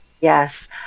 yes